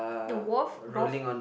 the wolf